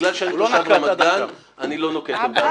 בגלל שאני תושב רמת גן אני לא נוקט עמדה --- הוא לא נקט עד עכשיו.